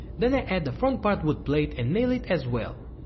then i add the front part wood plate and nail it as well.